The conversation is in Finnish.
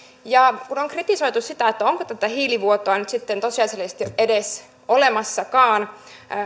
kun on kritisoitu sitä onko tätä hiilivuotoa nyt sitten tosiasiallisesti edes olemassakaan